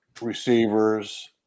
receivers